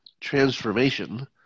transformation